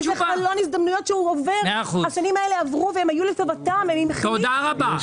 השנים האלה עברו והם היו לטובתם- -- תודה רבה.